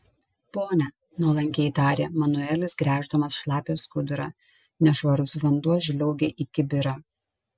pone nuolankiai tarė manuelis gręždamas šlapią skudurą nešvarus vanduo žliaugė į kibirą